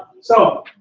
so